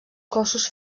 cossos